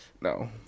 No